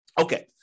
Okay